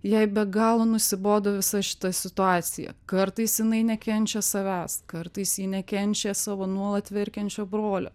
jai be galo nusibodo visa šita situacija kartais jinai nekenčia savęs kartais ji nekenčia savo nuolat verkiančio brolio